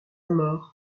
mort